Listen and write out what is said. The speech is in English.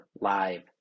live